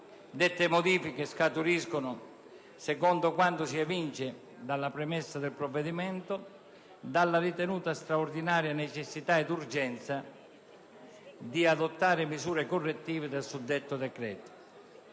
Dette modifiche scaturiscono, secondo quanto si evince dalla premessa del provvedimento, dalla ritenuta straordinaria necessità ed urgenza di adottare misure correttive del suddetto decreto.